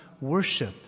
worship